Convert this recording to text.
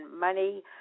Money